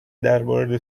درباره